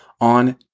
on